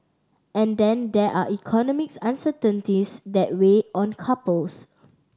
and then there are economics uncertainties that weigh on couples